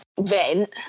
vent